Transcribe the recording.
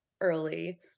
early